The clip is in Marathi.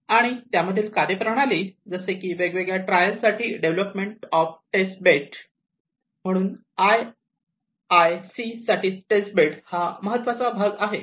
आणि त्यामधील कार्यप्रणाली जसे की वेगवेगळ्या ट्रायल साठी डेवलपमेंट ऑफ टेस्टबेड म्हणून आय आय सी साठी टेस्टबेड हा एक महत्त्वाचा भाग आहे